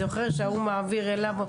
זוכר שההוא מעביר אליו?